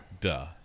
Duh